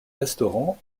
restaurants